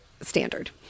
standard